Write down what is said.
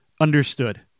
Understood